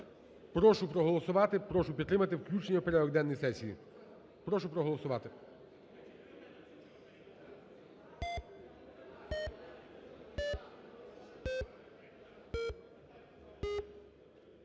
Прошу проголосувати, прошу підтримати включення в порядок денний сесії. Прошу проголосувати.